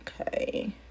okay